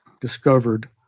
discovered